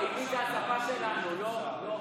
בושה וחרפה למי שיכול ולא עושה.